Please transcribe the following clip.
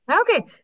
Okay